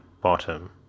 bottom